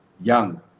young